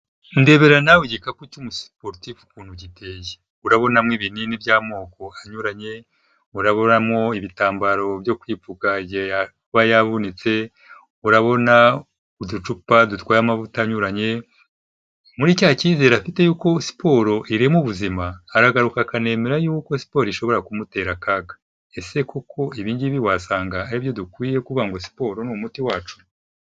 Ndebera nawe igikapu cy'umusiporotifu ukuntu giteye, urabonamo ibinini by'amoko anyuranye, urabonamo ibitambaro byo kwipfuka igihe yaba yavunitse, urabona uducupa dutwaye amavuta anyuranye, muri cya cyizere afite yuko siporo irema ubuzima, aragaruka akanemera yuko siporo ishobora kumutera akaga, ese koko ibi ngibi wasanga ari byo dukwiye kuvuga ngo siporo ni umuti wacu.